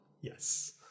Yes